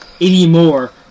anymore